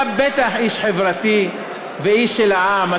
אתה בטח איש חברתי ואיש של העם,